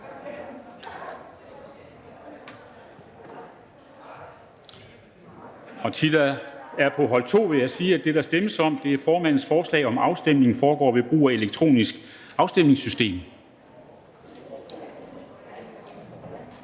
på vej fra hold 3, vil jeg sige, at det, der nu stemmes om, er formandens forslag om, at afstemningen foregår ved brug af det elektroniske afstemningssystem. Når